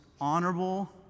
honorable